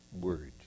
word